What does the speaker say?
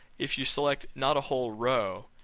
if you select, not a whole row,